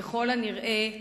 ככל הנראה,